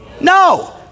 no